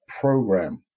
program